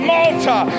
Malta